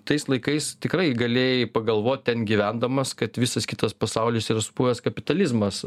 tais laikais tikrai galėjai pagalvot ten gyvendamas kad visas kitas pasaulis yra supuvęs kapitalizmas